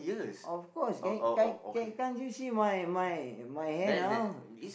of course can can't can can't you see my my my hair now